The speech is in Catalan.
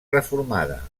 reformada